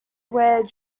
where